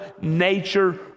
nature